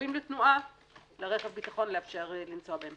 שסגורים לתנועה בעיקרון - לרכב ביטחון לאפשר לנסוע בהם.